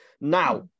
Now